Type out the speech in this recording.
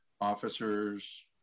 officers